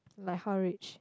like how rich